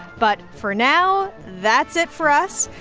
but, for now, that's it for us.